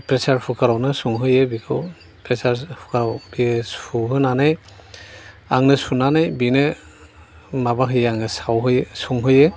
pressure कुखारावनो संहोयो बिखौ प्रेसार कुखाराव बियो संहोनानै आंनो सुनानै बिनो माबा होयो आङो सावहोयो संहोयो